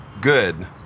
good